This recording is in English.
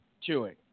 chewing